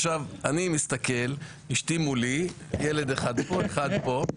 עכשיו אני מסתכל, אשתי מולי, ילד אחד פה, אחד פה.